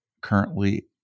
currently